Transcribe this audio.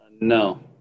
No